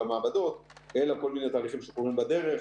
אלא כל מיני תהליכים שקורים בדרך,